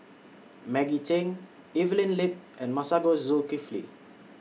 Maggie Teng Evelyn Lip and Masagos Zulkifli